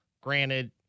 Granted